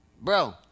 bro